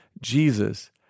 Jesus